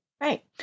right